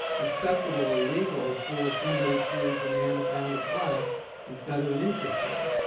acceptable or legal for somebody to demand a pound of flesh instead of an interest rate?